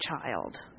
child